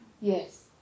Yes